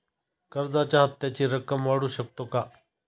कर्जाच्या हप्त्याची रक्कम वाढवू शकतो का?